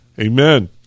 Amen